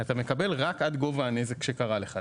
אתה מקבל רק עד גובה הנזק שקרה לך.